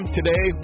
Today